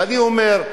ואני אומר,